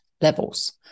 levels